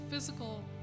physical